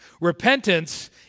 Repentance